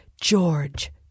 George